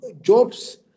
jobs